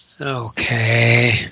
Okay